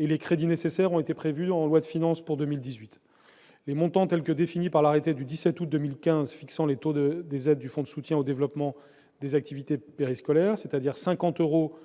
il y a quelques semaines et les crédits nécessaires ont été prévus en loi de finances pour 2018. Les montants, tels que définis par l'arrêté du 17 août 2015 fixant les taux des aides du fonds de soutien au développement des activités périscolaires, soit 50 euros pour